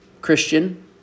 Christian